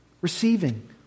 receiving